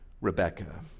Rebecca